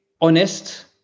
honest